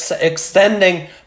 extending